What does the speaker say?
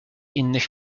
innych